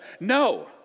No